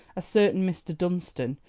a certain mr. dunstan,